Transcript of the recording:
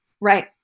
Right